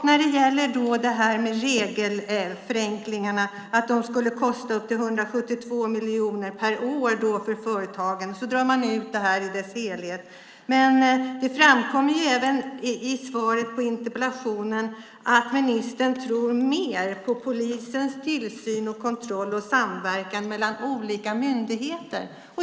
Nu hävdar man att regelförenklingarna kommer att kosta 172 miljoner per år för företagen. Men det framkommer även i svaret på interpellationen att ministern tror mer på polisens tillsyn, kontroll och samverkan mellan olika myndigheter.